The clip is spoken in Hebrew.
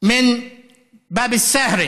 מבאב א-סאהרה,